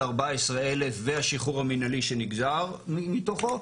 14,000 והשחרור המנהלי שנגזר מתוכו,